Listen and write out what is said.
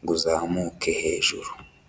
ngo uzamuke hejuru.